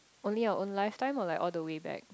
only our own lifetime or like all the way back